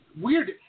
weird